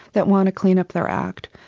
that want to clean up their act.